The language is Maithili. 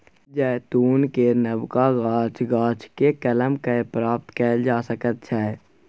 जैतून केर नबका गाछ, गाछकेँ कलम कए प्राप्त कएल जा सकैत छै